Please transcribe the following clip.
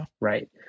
Right